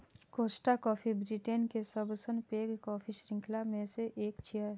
Costa coffee Britain के सबसं पैघ कॉफी शृंखला मे सं एक छियै